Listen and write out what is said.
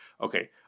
okay